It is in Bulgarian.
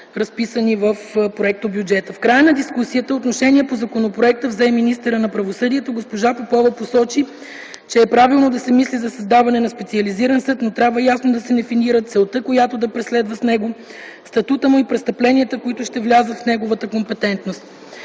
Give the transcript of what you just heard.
В края на дискусията отношение по законопроекта взе и министърът на правосъдието. Госпожа Попова посочи, че е правилно да се мисли за създаване на специализиран съд, но трябва ясно да се дефинират целта, която се преследва с него, статутът му и престъпленията, които ще влязат в неговата компетентност.